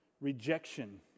Rejection